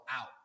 out